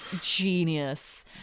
genius